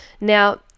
Now